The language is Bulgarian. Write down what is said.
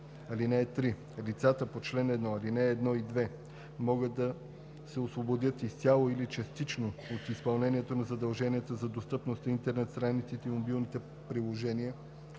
(3) Лицата по чл. 1, ал. 1 и 2 могат да се освободят изцяло или частично от изпълнението на задълженията за достъпност на интернет страниците и мобилните приложения